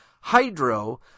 Hydro